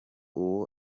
uwo